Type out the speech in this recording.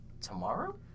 tomorrow